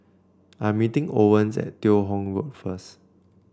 I'm meeting Owens at Teo Hong Road first